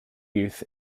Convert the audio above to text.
youth